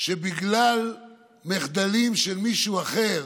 שבגלל מחדלים של מישהו אחר,